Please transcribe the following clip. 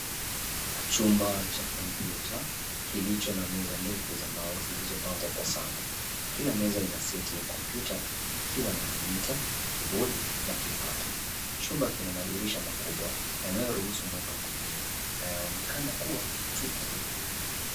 Chumba cha kompyuta kilicho na meza ndefu za mao zilizopangwa kwa safu. Kila meza ina seti ya kompyuta ikiwa na monita, kibodi na kipanya. Chumba kina madirisha makubwa yanayoruhusu mwanga kuingia na yaonekana kuwa tupu bila watu.